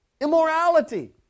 immorality